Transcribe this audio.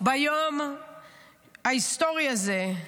ביום ההיסטורי הזה,